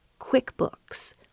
QuickBooks